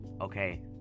Okay